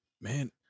Man